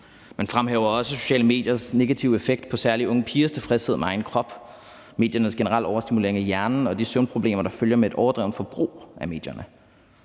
De fremhæver også sociale mediers negative effekt på især unge pigers tilfredshed med egen krop, mediernes generelle overstimulering af hjernen og de søvnproblemer, der følger med et overdrevent forbrug af medierne.